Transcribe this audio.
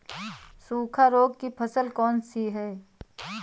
सूखा रोग की फसल कौन सी है?